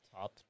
top